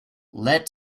let